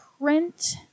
print